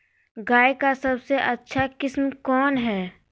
गाय का सबसे अच्छा किस्म कौन हैं?